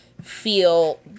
feel